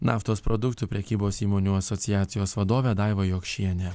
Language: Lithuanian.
naftos produktų prekybos įmonių asociacijos vadovė daiva jokšienė